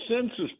Census